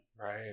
Right